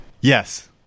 Yes